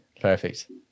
Perfect